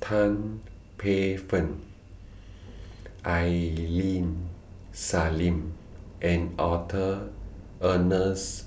Tan Paey Fern Ailin Salim and Arthur Ernest